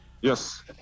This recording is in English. yes